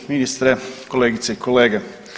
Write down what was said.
Ministre, kolegice i kolege.